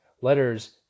letters